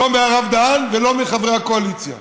לא מהרב בן-דהן ולא מחברי הקואליציה.